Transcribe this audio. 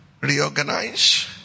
Reorganize